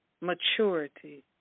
maturity